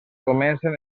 comencen